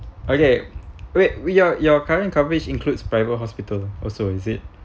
okay wait your your current coverage includes private hospital also is it